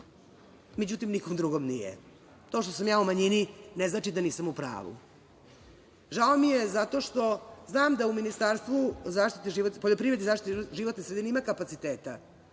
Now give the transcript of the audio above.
međutim, nikom drugom nije. To što sam ja u manjini, ne znači da nisam u pravu. Žao mi je zato što znam da u Ministarstvu poljoprivrede i zaštite životne sredine ima kapaciteta